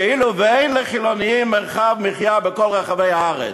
כאילו אין לחילונים מרחב מחיה בכל רחבי הארץ.